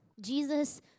Jesus